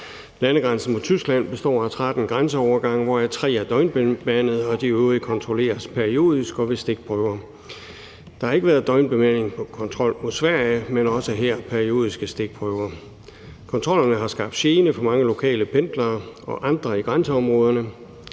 Landegrænsen mod Tyskland består af 13 grænseovergange, hvoraf 3 er døgnbemandede, og de øvrige kontrolleres periodisk og ved stikprøver. Der har ikke været døgnbemandet kontrol mod Sverige, men også her har der været periodiske stikprøver. Kontrollerne har skabt gener for mange lokale pendlere og andre i grænseområderne,